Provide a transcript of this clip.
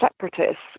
separatists